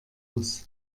muss